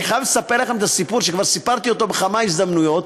אני חייב לספר לכם את הסיפור שכבר סיפרתי בכמה הזדמנויות,